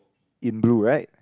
in blue right